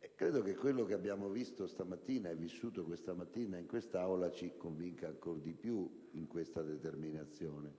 l'Italia, quello che abbiamo visto e vissuto questa mattina in quest'Aula ci conferma ancora di più in questa determinazione.